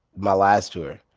my last tour.